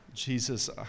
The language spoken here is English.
Jesus